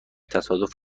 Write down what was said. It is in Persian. تصادف